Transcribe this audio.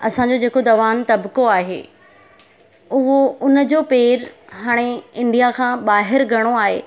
असांजो जेको जवान तबिको आहे उहो हुनजो पैर हाणे इंडिया खां ॿाहिरि घणो आहे